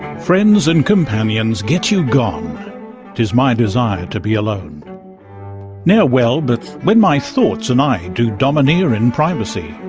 friends and companions get you gone tis my desire to be alone ne'er well but when my thoughts and i do domineer in privacy.